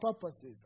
purposes